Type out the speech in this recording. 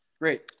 Great